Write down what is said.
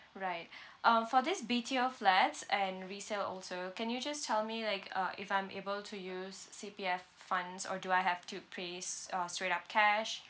right um for these B_T_O flats and resale also can you just tell me like uh if I'm able to use C_P_F funds or do I have to pays uh straight up cash